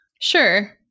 Sure